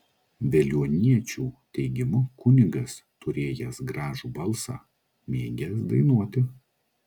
veliuoniečių teigimu kunigas turėjęs gražų balsą mėgęs dainuoti